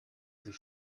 sich